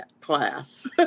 class